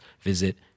visit